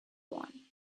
one